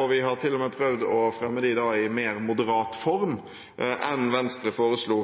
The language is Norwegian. og vi har til og med prøvd å fremme dem i en mer moderat form enn det Venstre foreslo